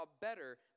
better